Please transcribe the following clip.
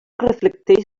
reflecteix